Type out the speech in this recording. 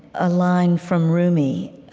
a line from rumi,